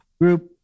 group